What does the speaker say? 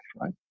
right